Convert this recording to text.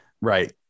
Right